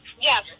Yes